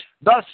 Thus